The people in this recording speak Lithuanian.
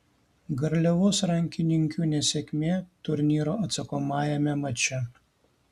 garliavos rankininkių nesėkmė turnyro atsakomajame mače